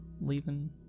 leaving